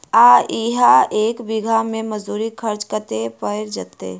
आ इहा एक बीघा मे मजदूरी खर्च कतेक पएर जेतय?